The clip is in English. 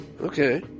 Okay